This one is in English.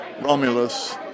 Romulus